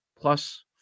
plus